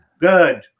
Good